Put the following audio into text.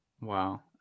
Wow